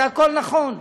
זה הכול נכון,